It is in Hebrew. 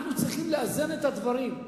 אנחנו צריכים לאזן את הדברים,